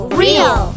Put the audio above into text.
real